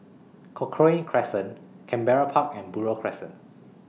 Cochrane Crescent Canberra Park and Buroh Crescent